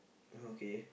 okay